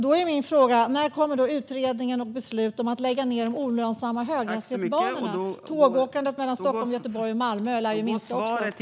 Då är min fråga: När kommer utredningen och beslut om att lägga ned de olönsamma höghastighetsbanorna? Tågåkandet mellan Stockholm, Göteborg och Malmö lär ju också minska.